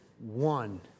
one